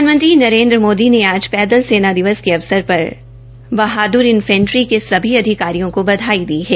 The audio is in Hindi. प्रधानमंत्री नरेन्द्र मोदी ने आज पैदल सेना दिवस के अवसर पर बहादुर इंफेंट्री के सभी अधिकारियों को बधाई दी है